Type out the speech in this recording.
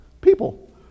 people